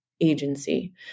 agency